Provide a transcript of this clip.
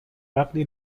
وقتی